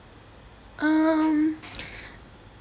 um